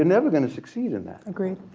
never going to succeed in that. agreed.